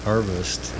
Harvest